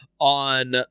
On